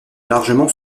largement